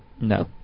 No